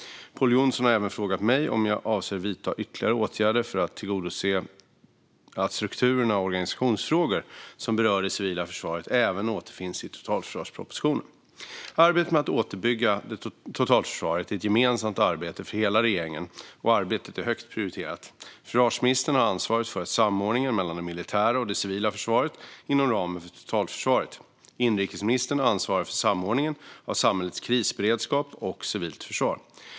Pål Jonson har även frågat mig om jag avser att vidta ytterligare åtgärder för att tillgodose att strukturer och organisationsfrågor som berör det civila försvaret även återfinns i totalförsvarspropositionen. Arbetet med att återuppbygga totalförsvaret är ett gemensamt arbete för hela regeringen, och arbetet är högt prioriterat. Försvarsministern har ansvaret för samordningen mellan det militära och det civila försvaret inom ramen för totalförsvaret. Inrikesministern ansvarar för samordningen av samhällets krisberedskap och civilt försvar.